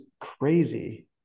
crazy